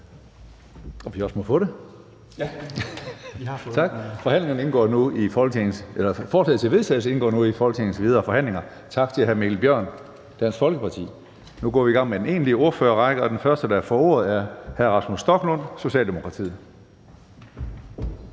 næstformand (Karsten Hønge): Forslaget til vedtagelse indgår nu i Folketingets videre forhandlinger. Tak til hr. Mikkel Bjørn, Dansk Folkeparti. Nu går vi i gang med den egentlige ordførerrække, og den første, der får ordet, er hr. Rasmus Stoklund, Socialdemokratiet.